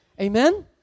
Amen